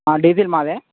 diesel మాదే